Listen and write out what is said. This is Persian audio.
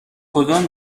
کدام